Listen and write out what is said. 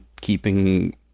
keeping